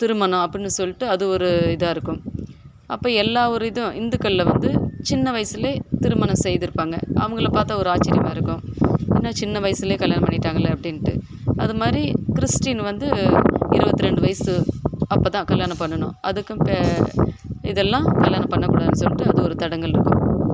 திருமணம் அப்படினு சொல்லிட்டு அது ஒரு இதாக இருக்கும் அப்போ எல்லா ஒரு இதும் இந்துக்களில் வந்து சின்ன வயதுலயே திருமணம் செய்து இருப்பாங்க அவங்கள பார்த்தா ஒரு ஆச்சரியமா இருக்கும் என்ன சின்ன வயசுலையே கல்யாணம் பண்ணிட்டாங்களே அப்படின்டு அது மாதிரி கிறிஸ்டீன் வந்து இருவத்திரெண்டு வயது அப்போ தான் கல்யாணம் பண்ணணும் அதுக்கும் இப்ப இதெல்லாம் கல்யாணம் பண்ண கூடாதுனு சொல்லிட்டு அது ஒரு தடங்கல் இருக்குது